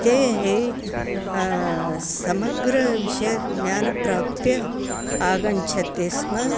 ते एव समग्रविषयज्ञानप्राप्य आगच्छति स्म